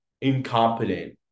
incompetent